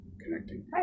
connecting